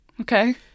Okay